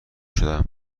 شدم